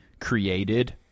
created